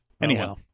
Anyhow